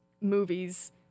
movies